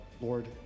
Lord